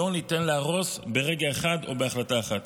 לא ניתן להרוס ברגע אחד או בהחלטה אחת.